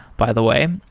by the way,